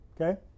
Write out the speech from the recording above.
okay